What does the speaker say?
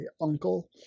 uncle